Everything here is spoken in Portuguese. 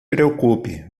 preocupe